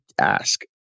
ask